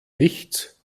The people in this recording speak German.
nichts